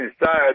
inside